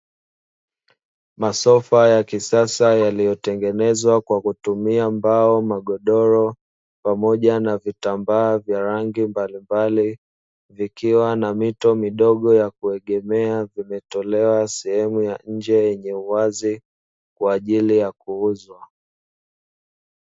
Masofa ya kisasa yaliyotengenezwa kwa kutumia mbao, magodoro pamoja na vitambaa vya rangi mbalimbali vikiwa na mito midogo ya kuegemea, vimetolewa sehemu ya nje yenye uwazi kwa ajili ya kuuzwa.